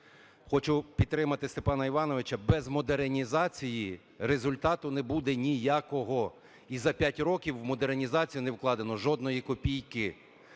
Хочу підтримати Степана Івановича, без модернізації результату не буде ніякого, і за 5 років у модернізацію не вкладено жодної копійки.